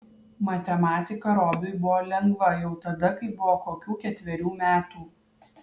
matematika robiui buvo lengva jau tada kai buvo kokių ketverių metų